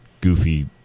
goofy